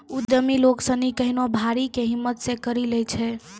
उद्यमि लोग सनी केहनो भारी कै हिम्मत से करी लै छै